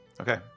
Okay